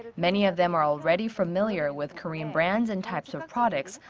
many of them are already familiar with korean brands and types of products,